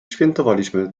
świętowaliśmy